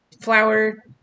flour